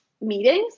meetings